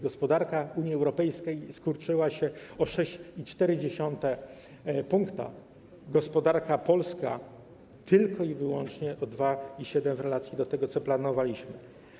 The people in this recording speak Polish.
Gospodarka Unii Europejskiej skurczyła się o 6,4 punktu, a gospodarka polska - tylko i wyłącznie o 2,7, w relacji do tego, co planowaliśmy.